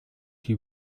die